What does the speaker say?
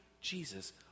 Jesus